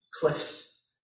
cliffs